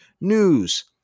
news